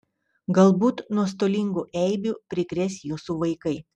galbūt nuostolingų eibių prikrės jūsų vaikai